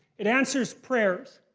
it answers prayers.